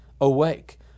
awake